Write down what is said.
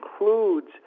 includes